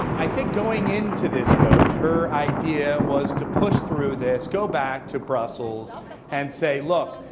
i think, going into this vote, her idea was to push through this, go back to brussels and say, look,